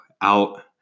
out